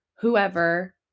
whoever